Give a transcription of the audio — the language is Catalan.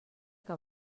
que